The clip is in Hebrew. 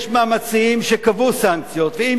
יש מהמציעים שקבעו סנקציות, ואם